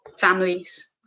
families